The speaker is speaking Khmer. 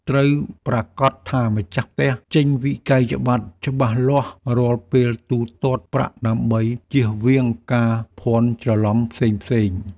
ត្រូវប្រាកដថាម្ចាស់ផ្ទះចេញវិក្កយបត្រច្បាស់លាស់រាល់ពេលទូទាត់ប្រាក់ដើម្បីជៀសវាងការភ័ន្តច្រឡំផ្សេងៗ។